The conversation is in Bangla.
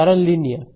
তারা লিনিয়ার